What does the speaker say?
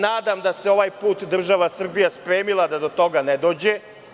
Nadam se da se ovaj put država Srbija spremila da do toga ne dođe.